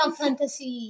fantasy